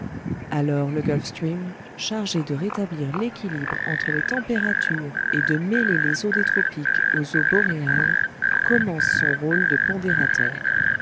alors le gulf stream chargé de rétablir l'équilibre entre les températures et de mêler les eaux des tropiques aux eaux boréales commence son rôle de pondérateur